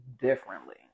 differently